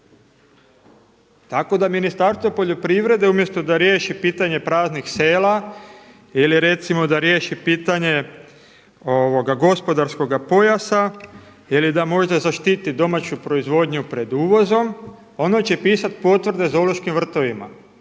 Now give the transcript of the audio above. tako da Ministarstvo poljoprivrede umjesto da riješi pitanje praznih sela ili recimo da riješi pitanje gospodarskoga pojasa ili da možda zaštiti domaću proizvodnju pred uvozom, ono će pisati potvrde zoološkim vrtovima